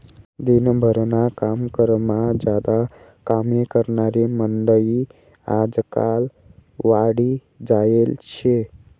दिन भरना कारभारमा ज्यादा कामे करनारी मंडयी आजकाल वाढी जायेल शे